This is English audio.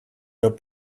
your